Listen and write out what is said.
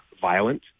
violent